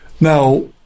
Now